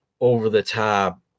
over-the-top